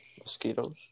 Mosquitoes